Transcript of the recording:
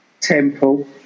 temple